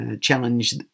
challenge